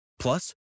Plus